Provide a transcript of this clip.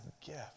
gift